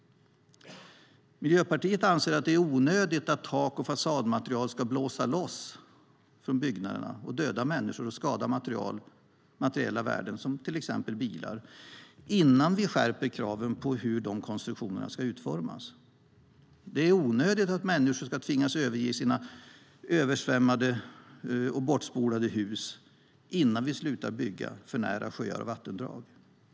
Miljöpartiet anser att det är onödigt att tak och fasadmaterial ska blåsa loss från byggnader och döda människor och skada materiella värden som till exempel bilar innan vi skärper kraven på hur dessa konstruktioner ska utformas. Det är onödigt att människor ska tvingas överge sina översvämmade och bortspolade hus innan vi slutar bygga för nära sjöar och vattendrag.